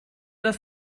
das